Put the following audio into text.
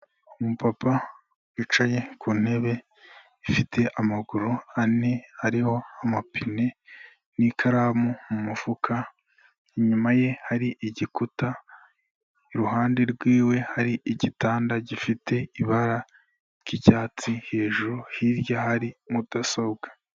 Umu papa wicaye ku ntebe ifite amaguru ane arihoho amapine n'ikaramu mu mufuka inyuma ye hari igikuta iruhande rwiwe hari igitanda gifite ibara ry'icyatsi hejuru hirya hari mudasobwa.